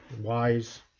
wise